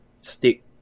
stick